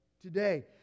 today